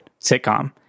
sitcom